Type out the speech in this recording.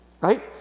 right